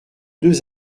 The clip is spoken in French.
deux